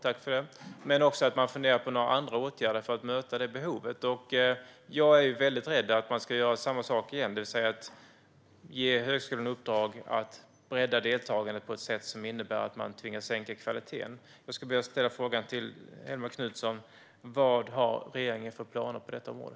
Men han sa också att man funderar på några andra åtgärder för att möta det behov som finns. Jag är mycket rädd för att man ska göra samma sak igen, det vill säga ge högskolan i uppdrag att bredda deltagandet på ett sätt som innebär att man tvingas sänka kvaliteten. Därför vill jag fråga Helene Hellmark Knutsson: Vilka planer har regeringen på detta område?